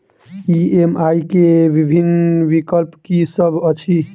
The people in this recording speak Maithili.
ई.एम.आई केँ विभिन्न विकल्प की सब अछि